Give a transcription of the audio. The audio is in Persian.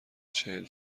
چهل